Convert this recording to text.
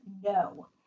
no